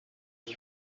qui